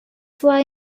fly